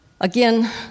Again